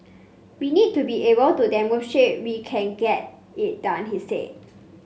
we need to be able to demonstrate we can get it done he said